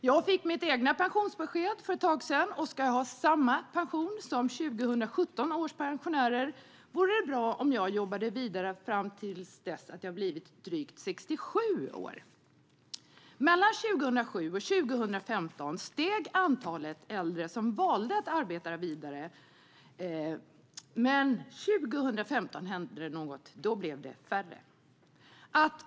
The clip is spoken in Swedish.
Jag fick mitt egna pensionsbesked för ett tag sedan, och om ska jag få samma pension som 2017 års pensionärer vore det bra om jag jobbar vidare fram till dess att jag blivit drygt 67 år. Mellan 2007 och 2015 steg antalet äldre som valde att arbeta vidare, men 2015 blev de färre.